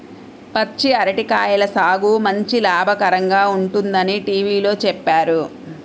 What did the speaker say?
పచ్చి అరటి కాయల సాగు మంచి లాభకరంగా ఉంటుందని టీవీలో చెప్పారు